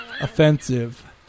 offensive